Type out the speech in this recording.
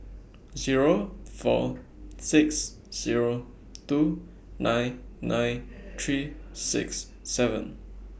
Zero four six Zero two nine nine three six seven